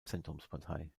zentrumspartei